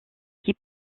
qui